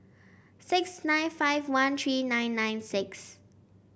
six nine five one three nine nine six